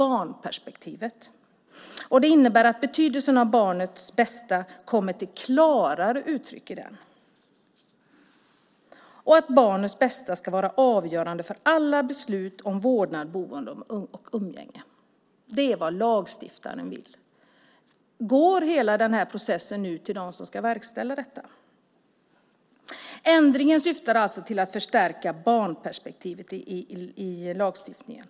Det innebär att betydelsen av "barnets bästa" klarare kommit till uttryck i lagstiftningen och att barnets bästa ska vara avgörande för alla beslut om vårdnad, boende och umgänge. Det är vad lagstiftaren vill. Går hela den här processen ut till dem som ska verkställa detta? Ändringen syftar alltså till att förstärka barnperspektivet i lagstiftningen.